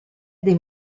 dei